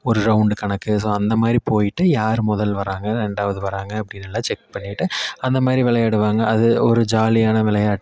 ஒரு ரவுண்டு கணக்கு ஸோ அந்தமாதிரி போய்விட்டு யார் முதல் வர்றாங்க ரெண்டாவது வர்றாங்க அப்படினு எல்லாம் செக் பண்ணிவிட்டு அந்தமாதிரி விளையாடுவாங்க அது ஒரு ஜாலியான விளையாட்டு